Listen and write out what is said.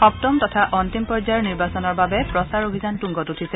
সপ্তম তথা অন্তিম পৰ্যায়ৰ নিৰ্বাচনৰ বাবে প্ৰচাৰ অভিযান তুংগত উঠিছে